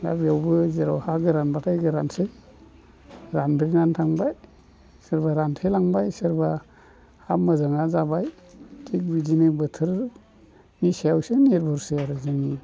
दा बेयावबो जेराव हा गोरानबाथाय गोरानसै रानब्रेनानै थांबाय सोरबा रानथेलांबाय सोरबा हा मोजाङा जाबाय थिग बिदिनो बोथोरनि सायावसो निरभरसै आरो जोंनि